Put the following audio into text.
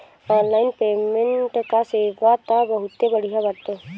online payment कअ सेवा तअ बहुते बढ़िया बाटे